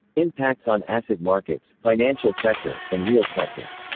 impacts on asset markets, financial sector, and real sector